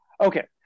Okay